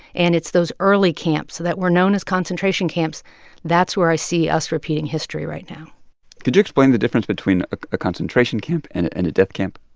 and it's those early camps that were known as concentration camps that's where i see us repeating history right now could you explain the difference between a concentration camp and and a death camp?